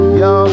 yo